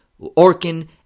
Orkin